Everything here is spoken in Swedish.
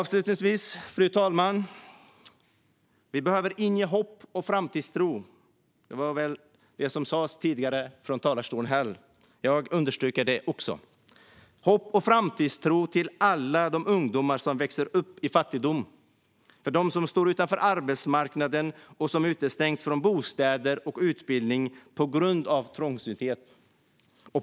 Avslutningsvis: Vi behöver inge hopp och framtidstro - det sas tidigare här i talarstolen, och jag vill understryka det - till alla de ungdomar som växer upp i fattigdom, till dem som står utanför arbetsmarknaden och till dem som utestängs från bostäder och utbildning på grund av trångsynthet.